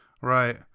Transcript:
Right